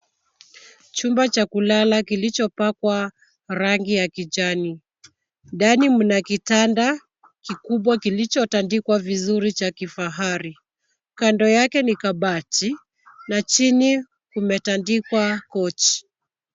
Chumba cha kulala kilichopakwa rangi ya kijani. Ndani mna kitanda kikubwa kilichotandikwa vizuri cha kifahari. Kando yake ni kabati na chini kumetandikwa kochi.